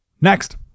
next